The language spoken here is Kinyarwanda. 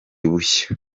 bushya